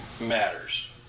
Matters